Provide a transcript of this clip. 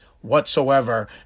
whatsoever